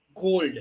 gold